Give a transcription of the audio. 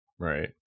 Right